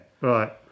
right